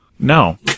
no